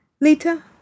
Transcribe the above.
Lita